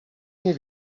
nie